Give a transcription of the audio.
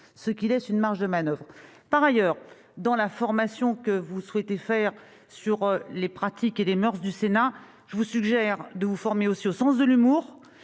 certaine marge de manoeuvre. Par ailleurs, dans la formation que vous souhaitez avoir sur les pratiques et les moeurs du Sénat, je vous suggère d'inclure une formation au sens de l'humour.